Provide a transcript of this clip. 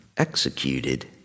executed